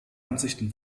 ansichten